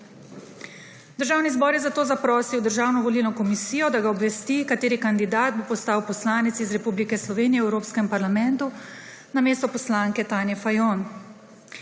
Državni zbor je zato zaprosil Državno volilno komisijo, da ga obvesti, kateri kandidat bo postal poslanec iz Republike Slovenije v Evropskem parlamentu namesto poslanke Tanje Fajon.